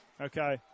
Okay